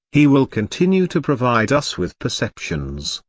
he will continue to provide us with perceptions.